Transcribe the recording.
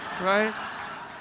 right